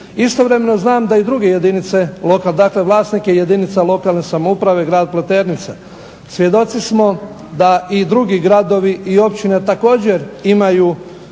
Istovremeno znam da i druge jedinice, dakle vlasnike jedinica lokalne samouprave grad Pleternica, svjedoci smo da i drugi gradovi i općine također imaju